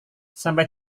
sampai